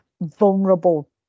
vulnerable